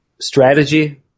strategy